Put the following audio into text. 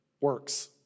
works